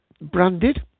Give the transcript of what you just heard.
Branded